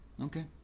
Okay